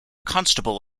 constable